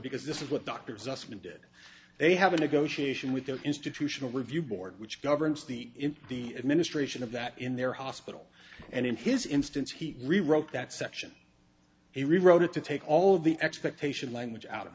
because this is what doctors usman did they have a negotiation with the institutional review board which governs the in the administration of that in their hospital and in his instance he rewrote that section he rewrote it to take all the expectation language out of